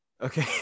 okay